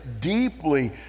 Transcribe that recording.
deeply